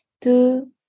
two